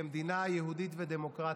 כמדינה יהודית ודמוקרטית.